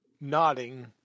nodding